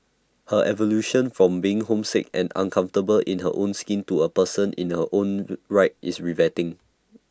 her evolution from being homesick and uncomfortable in her own skin to A person in her own right is riveting